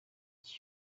iki